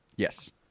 yes